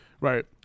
right